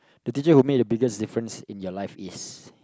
the teacher who make the biggest different in your life is